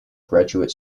graduate